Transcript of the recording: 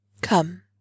Come